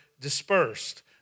dispersed